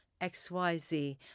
XYZ